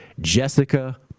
Jessica